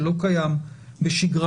שלא קיים בשגרה,